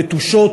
נטושות.